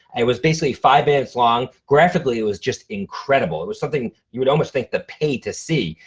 it was basically five minutes long. graphically it was just incredible. it was something you would almost think they'd pay to see.